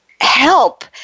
help